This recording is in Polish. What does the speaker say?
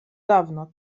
dawno